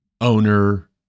owner